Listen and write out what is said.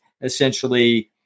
essentially